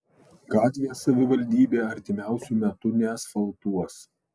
gatvės savivaldybė artimiausiu metu neasfaltuos